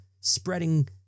spreading